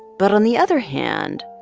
but on the other hand,